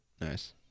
nice